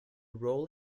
role